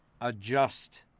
adjust